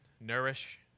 nourish